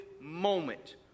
moment